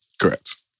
Correct